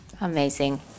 Amazing